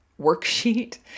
worksheet